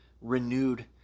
renewed